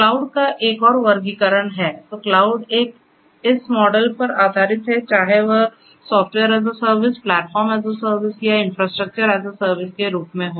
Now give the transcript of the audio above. cloud का एक और वर्गीकरण हैतो क्लाउड एक इस मॉडल पर आधारित है चाहे वह software as a service platform as a service या इन्फ्रास्ट्रक्चर एस ए सर्विस के रूप में हो